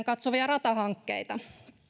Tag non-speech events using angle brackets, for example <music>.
<unintelligible> katsovia ratahankkeita